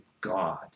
God